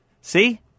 See